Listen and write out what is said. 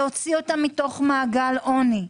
להוציאם ממעגל עוני,